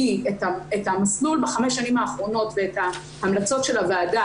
כי את המסלול בחמש השנים האחרונות ואת ההמלצות של הוועדה,